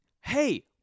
Hey